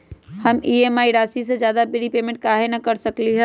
हम ई.एम.आई राशि से ज्यादा रीपेमेंट कहे न कर सकलि ह?